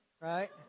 Right